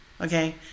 Okay